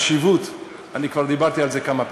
החשיבות, כבר דיברתי על זה כמה פעמים,